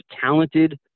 talented